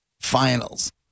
finals